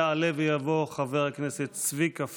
יעלה ויבוא חבר הכנסת צביקה פוגל,